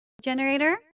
generator